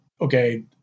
okay